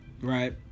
right